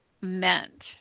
meant